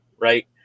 right